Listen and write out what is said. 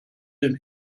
den